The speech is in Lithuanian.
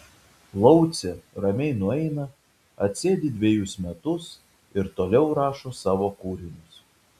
laucė ramiai nueina atsėdi dvejus metus ir toliau rašo savo kūrinius